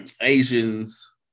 Asians